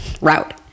route